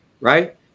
right